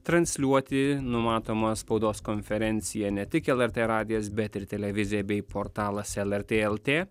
transliuoti numatomą spaudos konferenciją ne tik lrt radijas bet ir televizija bei portalas lrt lt